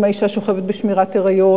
אם האשה שוכבת בשמירת היריון,